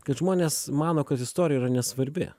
kad žmonės mano kad istorija yra nesvarbi